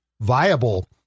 viable